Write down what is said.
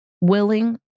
willing